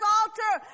altar